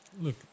look